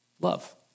Love